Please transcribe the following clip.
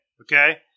okay